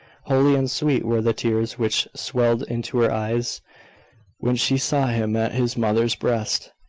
holy and sweet were the tears which swelled into her eyes when she saw him at his mother's breast,